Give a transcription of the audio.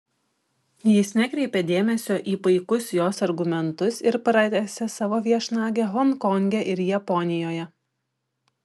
jis nekreipė dėmesio į paikus jos argumentus ir pratęsė savo viešnagę honkonge ir japonijoje